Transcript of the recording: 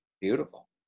Beautiful